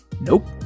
Nope